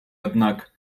однак